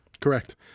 Correct